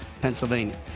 Pennsylvania